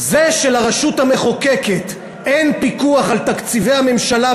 זה שלרשות המחוקקת אין פיקוח על תקציבי הממשלה,